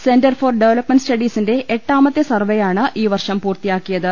centre for development സ്റ്റഡീസിന്റെ എട്ടാമത്തെ സർവെയാണ് ഈ വർഷം പൂർത്തിയാക്കിയത്